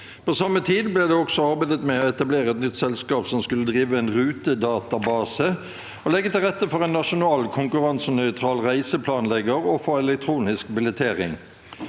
På samme tid ble det også arbeidet med å etablere et nytt selskap som skulle drive en rutedatabase og legge til rette for en nasjonal konkurransenøytral reiseplanlegger og for elektronisk billettering.